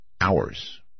hours